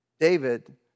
David